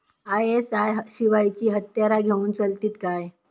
ISI शिवायची हत्यारा घेऊन चलतीत काय?